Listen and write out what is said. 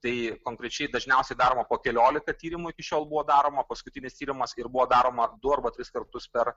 tai konkrečiai dažniausiai daroma po keliolika tyrimų iki šiol buvo daroma paskutinis tyrimas ir buvo daroma du arba tris kartus per